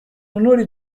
onore